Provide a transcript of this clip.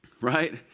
Right